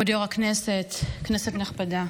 כבוד יו"ר הישיבה, כנסת נכבדה,